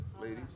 ladies